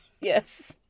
Yes